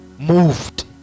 moved